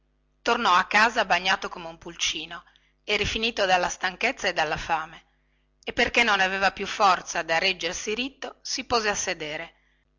tornò a casa bagnato come un pulcino e rifinito dalla stanchezza e dalla fame e perché non aveva più forza di reggersi ritto si pose a sedere